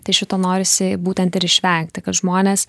tai šito norisi būtent ir išvengti kad žmonės